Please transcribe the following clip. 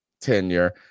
tenure